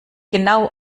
genau